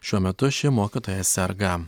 šiuo metu ši mokytoja serga